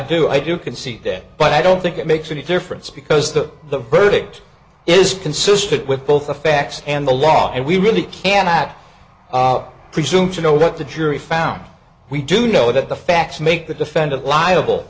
do i do concede day but i don't think it makes any difference because the the verdict is consistent with both the facts and the law and we really cannot presume to know what the jury found we do know that the facts make the defendant liable